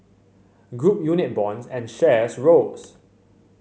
group unit bonds and shares rose